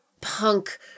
punk